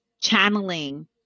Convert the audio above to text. channeling